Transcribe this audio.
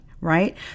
right